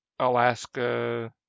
Alaska